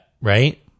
right